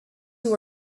you